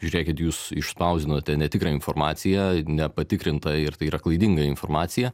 žiūrėkit jūs išspausdinote netikrą informaciją nepatikrintą ir tai yra klaidinga informacija